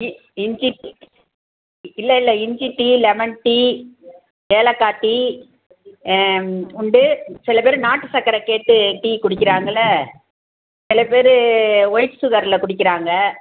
இ இஞ்சி டீ இல்லை இல்லை இஞ்சி டீ லெமன் டீ ஏலக்காய் டீ உண்டு சில பேர் நாட்டுச் சக்கரை கேட்டு டீ குடிக்கிறாங்கல்ல சில பேர் ஒயிட் சுகரில் குடிக்கிறாங்க